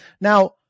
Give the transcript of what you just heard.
now